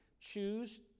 Choose